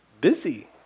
busy